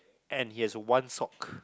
and he has one sock